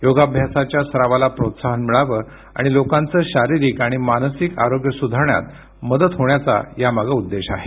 योगाभ्यासाच्या सरावाला प्रोत्साहन मिळावं आणि लोकांचं शारीरिक आणि मानसिक आरोग्य सुधारण्यात मदत होण्याचा यामागे उद्देश आहे